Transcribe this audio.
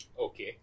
Okay